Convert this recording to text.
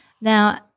Now